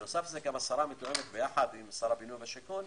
בנוסף, השרה מתואמת עם שר הבינוי והשיכון,